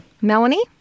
Melanie